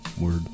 word